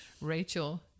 Rachel